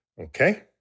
Okay